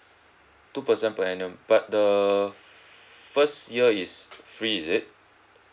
two percent per annum but the first year is free is it